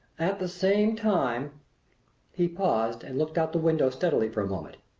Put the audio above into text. at the same time he paused and looked out the window steadily for a moment,